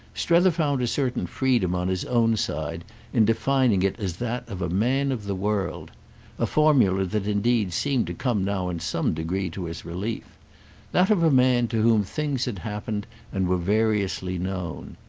strether found a certain freedom on his own side in defining it as that of a man of the world a formula that indeed seemed to come now in some degree to his relief that of a man to whom things had happened and were variously known.